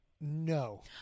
No